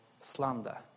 slander